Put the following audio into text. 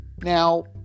Now